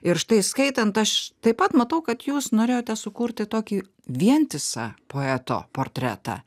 ir štai skaitant aš taip pat matau kad jūs norėjote sukurti tokį vientisą poeto portretą